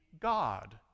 God